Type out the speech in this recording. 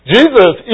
Jesus